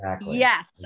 Yes